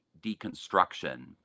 deconstruction